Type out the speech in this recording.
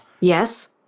Yes